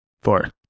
Four